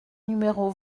numéro